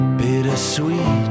bittersweet